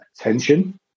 attention